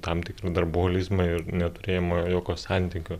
tam tikrą darbolizmą ir neturėjimą jokio santykio